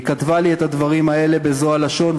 היא כתבה לי את הדברים האלה בזו הלשון,